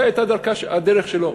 זה היה הדרך שלו,